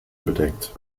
bedeckt